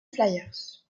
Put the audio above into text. flyers